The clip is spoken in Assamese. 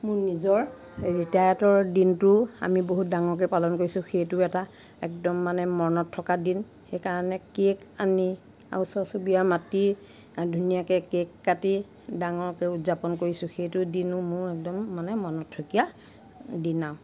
মোৰ নিজৰ ৰিটায়াৰ দিনটো আমি বহুত ডাঙৰকৈ পালন কৰিছোঁ সেইটোও এটা একদম মানে মনত থকা দিন সেইকাৰণে কেক আনি আৰু ওচৰ চুবুৰীয়া মাতি ধুনীয়াকে কেক কাটি ডাঙৰকে উদযাপন কৰিছোঁ সেইটো দিনো মোৰ মানে একদম মনত থকীয়া দিন আৰু